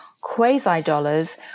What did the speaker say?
quasi-dollars